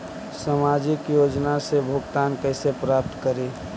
सामाजिक योजना से भुगतान कैसे प्राप्त करी?